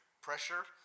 pressure